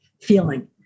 feeling